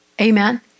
Amen